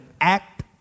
act